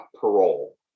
parole